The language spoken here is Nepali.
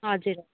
हजुर